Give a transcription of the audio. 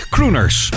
Crooners